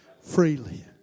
freely